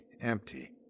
empty